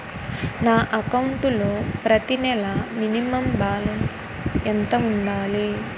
నా అకౌంట్ లో ప్రతి నెల మినిమం బాలన్స్ ఎంత ఉండాలి?